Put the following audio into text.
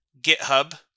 GitHub